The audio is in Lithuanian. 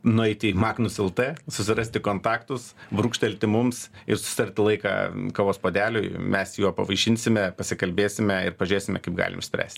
nueiti į magnus lt susirasti kontaktus brūkštelti mums ir susitarti laiką kavos puodeliui mes juo pavaišinsime pasikalbėsime ir pažiūrėsime kaip galim išspręst